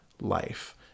life